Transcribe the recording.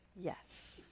yes